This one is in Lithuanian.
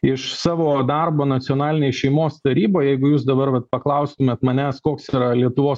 iš savo darbo nacionalinėj šeimos taryboj jeigu jūs dabar vat paklaustumėt manęs koks yra lietuvos